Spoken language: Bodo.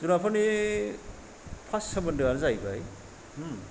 जुनारफोरनि फार्स सोमोन्दोआनो जाहैबाय होम